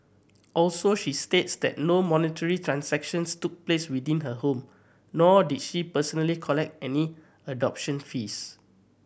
also she states that no monetary transactions took place within her home nor did she personally collect any adoption fees